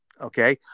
okay